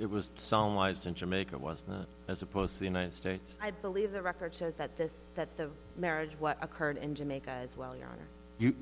it was some lived in jamaica was not as opposed to the united states i believe the record shows that this that the marriage what occurred in jamaica as well you